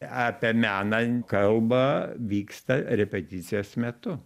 apie meną kalba vyksta repeticijos metu